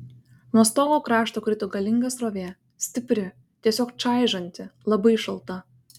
nuo stogo krašto krito galinga srovė stipri tiesiog čaižanti labai šalta